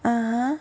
ah !huh!